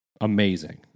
amazing